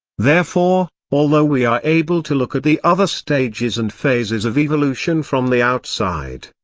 therefore, although we are able to look at the other stages and phases of evolution from the outside,